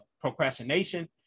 procrastination